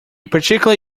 particular